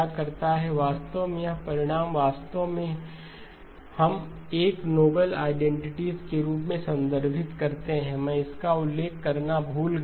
क्या करता है वास्तव में ये परिणाम वास्तव में हम एक नोबेल आईडेंटिटीज के रूप में संदर्भित करते हैं मैं इसका उल्लेख करना भूल गया